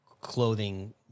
clothing